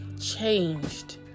changed